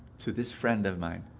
to this friend of mine.